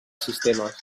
sistemes